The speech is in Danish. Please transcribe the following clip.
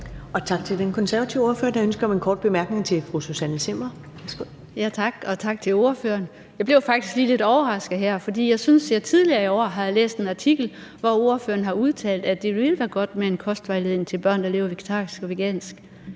Tak til den konservative ordfører. Der er ønske om en kort bemærkning fra fru Susanne Zimmer. Værsgo. Kl. 11:00 Susanne Zimmer (UFG): Tak. Og tak til ordføreren. Jeg blev faktisk lige lidt overrasket, for jeg synes, jeg tidligere i år har læst en artikel, hvor ordføreren har udtalt, at det ville være godt med en kostvejledning til børn, der lever vegetarisk eller vegansk.